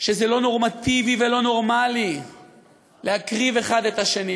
שזה לא נורמטיבי ולא נורמלי להקריב אחד את השני,